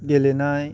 गेलेनाय